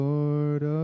Lord